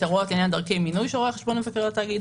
הוראות לעניין דרכי מינוי שלרואה החשבון- -- התאגיד,